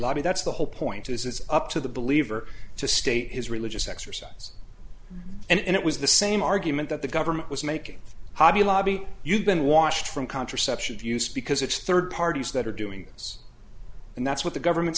lobby that's the whole point is it's up to the believer to state his religious exercise and it was the same argument that the government was making hobby lobby you've been washed from contraception to use because it's third parties that are doing this and that's what the government